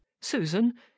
susan